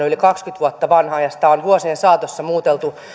yli kaksikymmentä vuotta vanha ja sitä on vuosien saatossa muuteltu